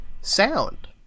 sound